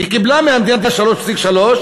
היא קיבלה מהמדינה 3.3,